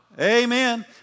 Amen